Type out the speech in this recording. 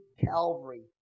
Calvary